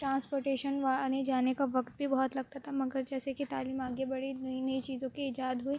transportation وہ آنے جانے کا وقت بھی بہت لگتا تھا مگر جیسے کہ تعلیم آگے بڑھی نئی نئی چیزوں کی ایجاد ہوئی